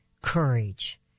courage